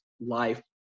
life